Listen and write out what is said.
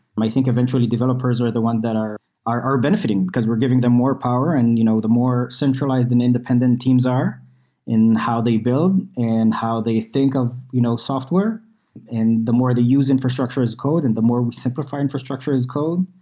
i think eventually developers are the ones that are are benefitting, because we're giving them more power and you know the more centralized and independent teams are and how they build and how they think of you know software and the more they use infrastructure as code and the more we simplify infrastructure as code,